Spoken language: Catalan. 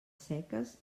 seques